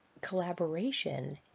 collaboration